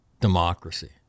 democracy